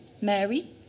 Mary